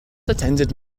attended